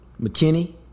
McKinney